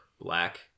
black